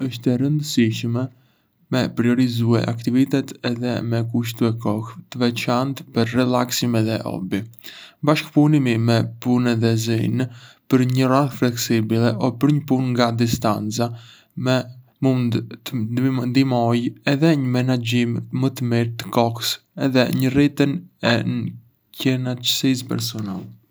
Është e rëndësishme me priorizue aktivitetet edhe me kushtue kohë të veçantë për relaksim edhe hobi. Bashkëpunimi me punëdhënësin për një orar fleksibël o për punë nga distanca mund të ndihmojë edhé në menaxhimin më të mirë të kohës edhe në rritjen e kënaçësisë personale.